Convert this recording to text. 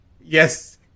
Yes